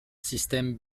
système